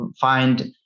find